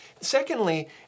Secondly